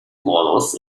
models